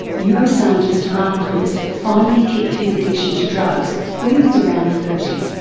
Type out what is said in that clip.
neuroscientist marc lewis finally kicked his addiction to drugs when he was around thirty.